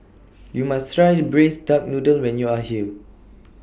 YOU must Try The Braised Duck Noodle when YOU Are here